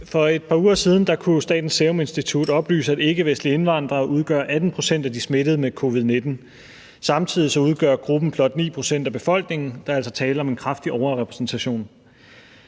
For et par uger siden kunne Statens Serum Institut oplyse, at ikkevestlige indvandrere udgør 18 pct. af de smittede med covid-19. Samtidig udgør gruppen blot 9 pct. af befolkningen. Der er altså tale om en kraftig overrepræsentation.